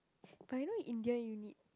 but you know India you need